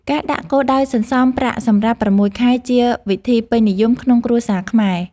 ការដាក់គោលដៅសន្សុំប្រាក់សម្រាប់៦ខែជាវិធីពេញនិយមក្នុងគ្រួសារខ្មែរ។